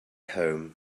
home